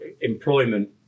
employment